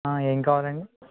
ఏమి కావాలండి